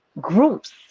groups